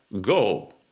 go